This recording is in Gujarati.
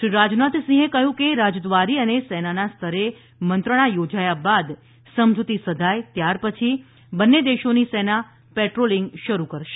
શ્રીરાજનાથસિંહે કહ્યું કે રાજદ્વારી અને સેનાના સ્તરે મંત્રણા યોજાયા બાદ સમજુતી સધાય ત્યાર પછી બંને દેશોની સેના પેટ્રોલિંગ શરૂ કરશે